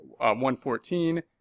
114